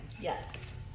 Yes